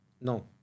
No